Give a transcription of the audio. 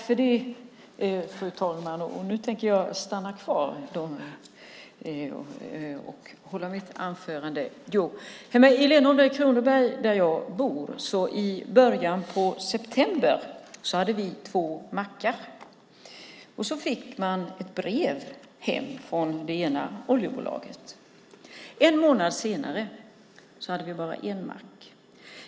Fru talman! I Lenhovda i Kronoberg, där jag bor, fanns i början av september två mackar. Sedan kom ett brev hem från det ena oljebolaget. En månad senare fanns bara en mack.